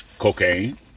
cocaine